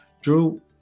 Drew